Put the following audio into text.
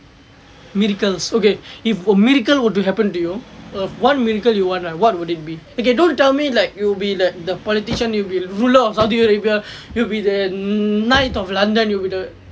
miracles okay if a miracle would do happen what miracle you want right what would it be okay don't tell me like it'll be like the politician you'll be ruler of Saudi Arabia you will be the knight of london you'll be the